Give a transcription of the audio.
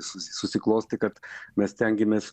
susi susiklostė kad mes stengiamės